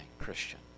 Christian